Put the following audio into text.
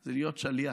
זה להיות שליח,